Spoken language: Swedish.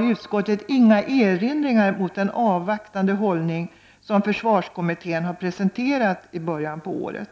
Utskottet har inga erinringar mot den avvaktande hållning som försvarskommittén har presenterat i början på året när det gäller den säkerhetspolitiska bedömningen i våra närområden.